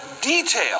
detail